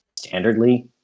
standardly